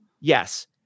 yes